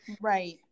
right